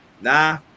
Nah